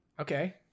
Okay